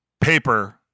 paper